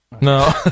No